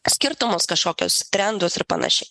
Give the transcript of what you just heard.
skirtumus kažkokius trendus ir panašiai